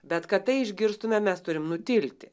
bet kad tai išgirstume mes turim nutilti